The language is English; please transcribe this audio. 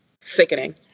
Sickening